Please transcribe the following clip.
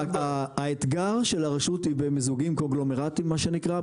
האתגר של הרשות היא במיזוגים קונגלומרטים מה שנקרא,